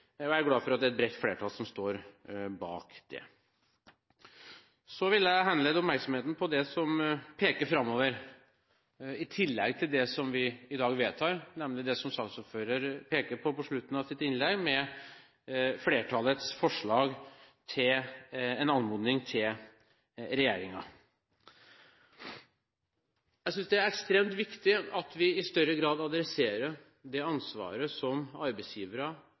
og jeg er glad for at det er et bredt flertall som står bak det. Jeg vil også henlede oppmerksomheten på det som peker framover – i tillegg til det vi i dag vedtar – nemlig det som saksordfører peker på mot slutten av sitt innlegg, nemlig flertallets forslag om en anmodning til regjeringen om å ta et initiativ overfor arbeidslivsorganisasjonene. Jeg synes det er ekstremt viktig at vi i større grad adresserer det ansvaret som arbeidsgivere,